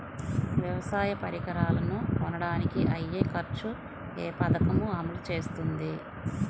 వ్యవసాయ పరికరాలను కొనడానికి అయ్యే ఖర్చు ఏ పదకము అమలు చేస్తుంది?